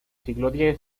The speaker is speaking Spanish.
siglo